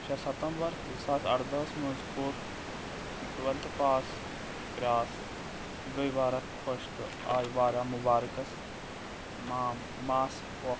شیٚے ستمبَر زٕ ساس اَرٕدَہس منٛز کوٚر مےٚ ٹُویلتھٕ پاس کرٛاس گٔیے واریاہ خۄش تہٕ آے وارہ مُبارکَس مام ماسہٕ پۄپھ